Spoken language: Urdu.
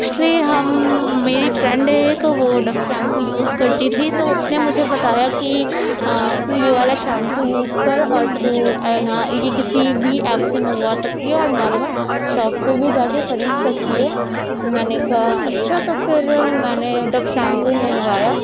ایکچولی ہم میری فرینڈ ہے ایک وہ ڈو شیمپو یوز کرتی تھی تو اس نے مجھے بتایا کہ تو یہ والا شیمپو یوز کر اور تو یہ کسی بھی ایپ سے منگوا سکتی ہے اور نارمل شاپ پہ بھی جا کر خرید سکتی ہے میں نے کہا اچھا تو پھر میں نے ڈو شیمپو منگوایا